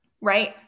right